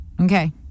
Okay